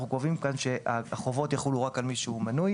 אנחנו קובעים כאן שהחובות יחולו רק על מי שהוא מנוי.